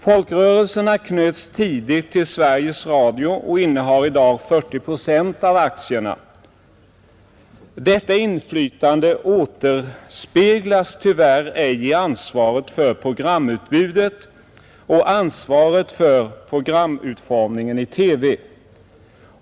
Folkrörelserna knöts tidigt till Sveriges Radio och innehar i dag 40 procent av aktierna. Detta inflytande återspeglas tyvärr inte i ansvaret för programutbudet och programutformningen i TV.